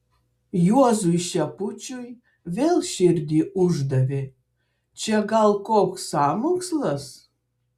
juozui šepučiui vėl širdį uždavė čia gal koks sąmokslas